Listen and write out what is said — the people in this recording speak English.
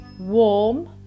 warm